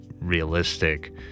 realistic